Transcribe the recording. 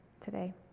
today